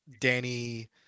danny